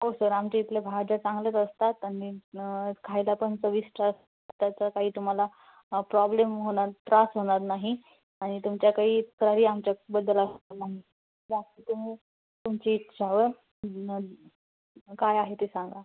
हो सर आमच्या इथल्या भाज्या चांगल्याच असतात आणि खायला पण चविष्ट असतात त्याचा काही तुम्हाला प्रॉब्लेम होणार त्रास होणार नाही आणि तुमच्या कही क्वरी आमच्याबद्दल असतील जास्त करून तुमची इच्छा काय आहे ते सांगा